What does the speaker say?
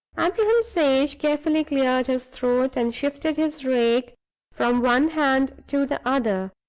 abraham sage carefully cleared his throat, and shifted his rake from one hand to the other.